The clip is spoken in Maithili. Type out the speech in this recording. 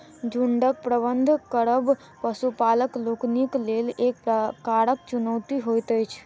झुंडक प्रबंधन करब पशुपालक लोकनिक लेल एक प्रकारक चुनौती होइत अछि